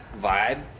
vibe